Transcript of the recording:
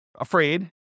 afraid